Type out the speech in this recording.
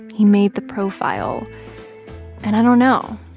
he made the profile and i don't know.